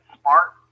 smart